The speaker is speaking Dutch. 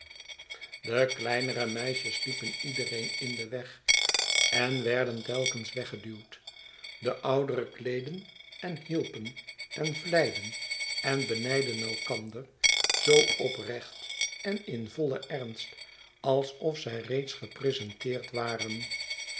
de kleinere meisjes liepen iedereen in den weg en werden telkens weggeduwd de oudere kleedden en hielpen en vleiden en benijdden elkander zoo oprecht en in vollen ernst alsof zij reeds gepresenteerd waren